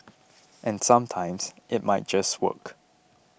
and sometimes it might just work